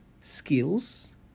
skills